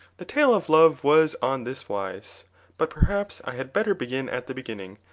the tale of love was on this wise but perhaps i had better begin at the beginning,